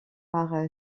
par